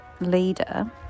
leader